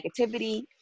negativity